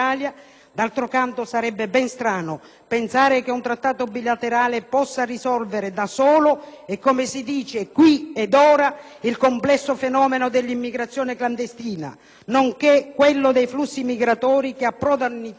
D'altro canto, sarebbe ben strano pensare che un Trattato bilaterale possa risolvere da solo e - come si dice - «qui ed ora» il complesso fenomeno dell'immigrazione clandestina, nonché quello dei flussi migratori che approdano in Italia